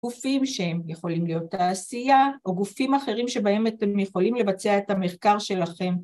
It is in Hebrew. גופים שהם יכולים להיות תעשייה או גופים אחרים שבהם אתם יכולים לבצע את המחקר שלכם